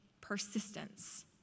persistence